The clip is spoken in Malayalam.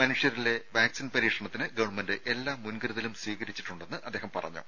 മനുഷ്യരിലെ വാക്സിൻ പരീക്ഷണത്തിന് ഗവൺമെന്റ് എല്ലാ മുൻകരുതലും സ്വീകരിച്ചിട്ടുണ്ടെന്ന് അദ്ദേഹം പറഞ്ഞു